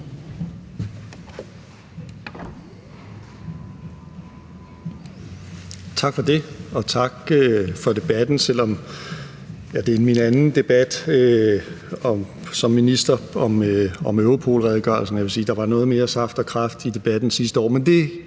Tak for det. Og tak for debatten. Det er min anden debat som minister om Europol-redegørelsen, og jeg vil sige, at der var noget mere saft og kraft i debatten sidste år,